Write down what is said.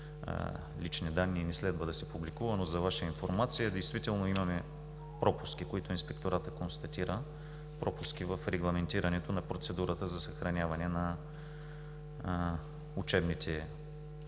лични данни и не следва да се публикуват, но за Ваша информация действително имаме пропуски, които Инспекторатът констатира, пропуски в регламентирането на процедурата за съхраняване на изпитните материали.